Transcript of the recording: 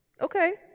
Okay